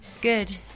good